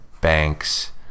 Banks